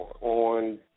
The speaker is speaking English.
on